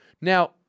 Now